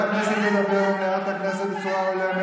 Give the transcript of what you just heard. רם ברק, אתה לא מתבייש ללחוץ לו את היד?